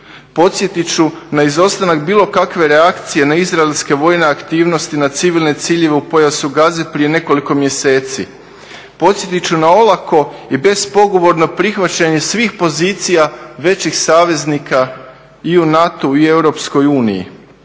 Podsjetit ću na izostanak bilo kakve reakcije na izraelske vojne aktivnosti na civilne ciljeve u pojasu Gaze prije nekoliko mjeseci. Podsjetit ću na olako i bespogovorno prihvaćanje svih pozicija većih saveznika i u NATO-u i u EU i